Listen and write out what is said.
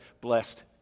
blessed